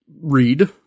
read